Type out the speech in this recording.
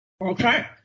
Okay